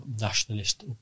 nationalist